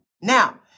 Now